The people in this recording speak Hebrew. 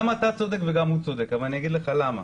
גם אתה צודק וגם הוא צודק, אבל אגיד לך למה.